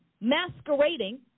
masquerading